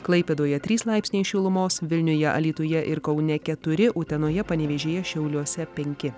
klaipėdoje trys laipsniai šilumos vilniuje alytuje ir kaune keturi utenoje panevėžyje šiauliuose penki